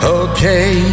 okay